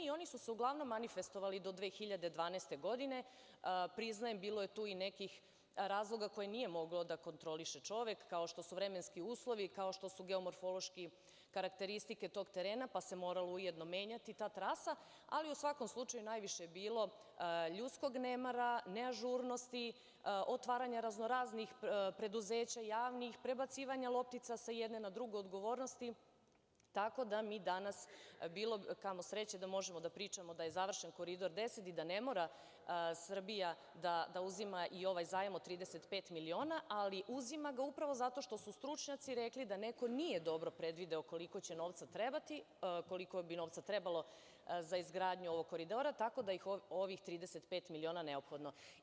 Oni su se uglavnom manifestovali do 2012. godine, priznajem bilo je tu i nekih razloga koje nije mogao da kontroliše čovek, kao što su vremenski uslovi, kao što su geomorfološke karakteristike tog terena, pa se mora ujedno menjati trasa, ali u svakom slučaju najviše je bilo ljudskog nemara, neažurnosti, otvaranja raznoraznih preduzeća, javni,h prebacivanja loptica sa jedne na drugu odgovornosti tako da mi danas bilo kamo sreće da možemo da pričamo da je završen Koridor 10 i da ne mora Srbija da uzima i ovaj zajam od 35 miliona, ali uzima ga upravo zato što su stručnjaci rekli da neko nije dobro predvideo koliko će novca trebati, koliko bi novca trebalo za izgradnju ovog Koridora tako da je ovih 35 miliona neophodno.